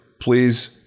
Please